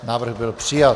Návrh byl přijat.